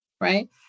right